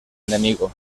enemigo